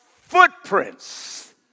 footprints